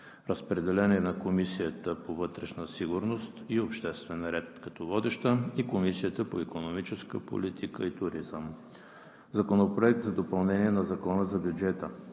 Разпределен е на Комисията по вътрешна сигурност и обществен ред като водеща и на Комисията по икономическа политика и туризъм. Законопроект за допълнение на Закона за бюджета